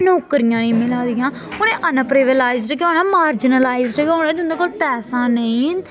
नौकरियां नेईं मिला दियां उ'नें अनप्रिवलाइजड गै होना मार्जिनलाइजड गै होना जिं'दे कोल पैसा नेईं